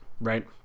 right